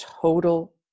total